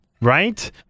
Right